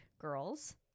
girls